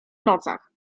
nocach